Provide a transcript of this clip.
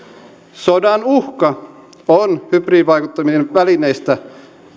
sodan uhka on hybridivaikuttamisen välineistä